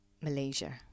Malaysia